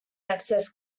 access